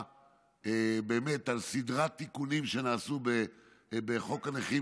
על סדרת תיקונים שנעשו בחוק הנכים,